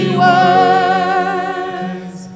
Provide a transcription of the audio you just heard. words